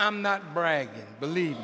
am not bragging believe